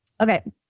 Okay